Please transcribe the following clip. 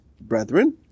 brethren